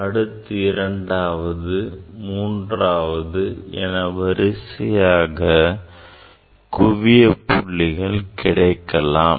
அடுத்து இரண்டாவது மூன்றாவது என வரிசையாக குவிய புள்ளிகள் கிடைக்கலாம்